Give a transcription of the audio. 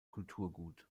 kulturgut